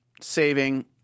saving –